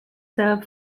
serve